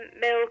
milk